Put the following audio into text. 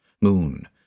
moon